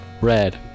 red